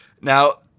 Now